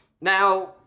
Now